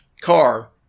car